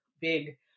big